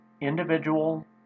individual